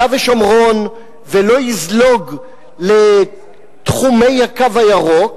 ושומרון ולא יזלוג לתחומי "הקו הירוק",